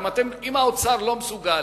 אם האוצר לא מסוגל,